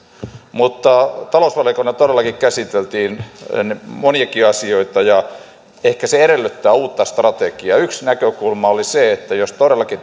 mutta talousvaliokunnassa todellakin käsiteltiin moniakin asioita ja ehkä se edellyttää uutta strategiaa yksi näkökulma oli se että jos todellakin